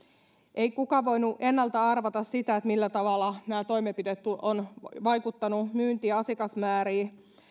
ei kukaan voinut ennalta arvata sitä millä tavalla nämä toimenpiteet ovat vaikuttaneet myynti ja asiakasmääriin